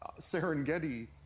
Serengeti